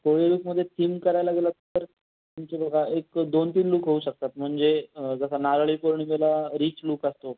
कोळी look मधे theme करायला गेलात तर तुमची बघा एक दोन तीन लूक होऊ शकतात म्हणजे जसं नारळीपौर्णिमेला रिच लूक असतो